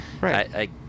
Right